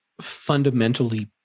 fundamentally